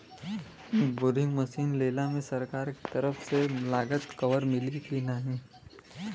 Boring machine लेला मे सरकार के तरफ से लागत कवर मिली की नाही?